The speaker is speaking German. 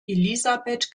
elisabeth